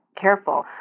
careful